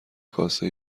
کاسه